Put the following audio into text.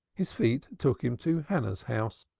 his feet took him to hannah's house.